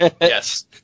yes